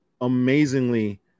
Amazingly